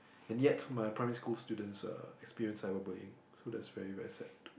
and yet my poly school student uh experience cyber bullying so that's very very sad